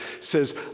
says